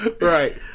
Right